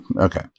Okay